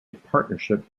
partnership